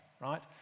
right